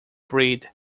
breed